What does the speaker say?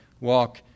walk